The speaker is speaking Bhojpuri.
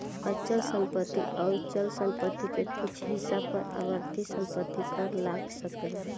अचल संपत्ति अउर चल संपत्ति के कुछ हिस्सा पर आवर्ती संपत्ति कर लाग सकेला